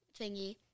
thingy